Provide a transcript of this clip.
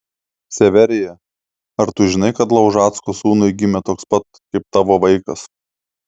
severija ar tu žinai kad laužacko sūnui gimė toks pat kaip tavo vaikas